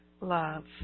love